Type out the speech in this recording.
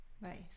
Nice